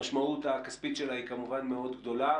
המשמעות הכספית שלה היא מאוד גדולה.